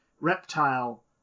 Reptile